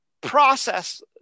process